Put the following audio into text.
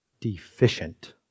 deficient